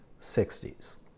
60s